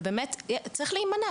ובאמת צריכים להימנע.